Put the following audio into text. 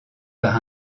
par